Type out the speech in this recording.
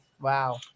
Wow